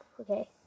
Okay